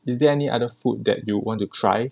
is there any other food that you want to try